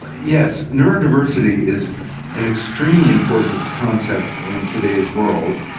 yes, neurodiversity is an extremely important concept in today's world.